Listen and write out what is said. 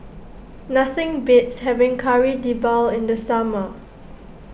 nothing beats having Kari Debal in the summer